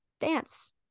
dance